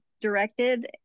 directed